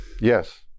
Yes